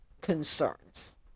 Concerns